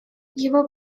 его